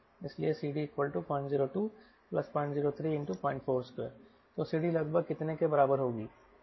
इसलिए CD002003042 तो CD लगभग कितने के बराबर होगी